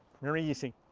very easy.